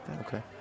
Okay